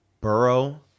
Burrow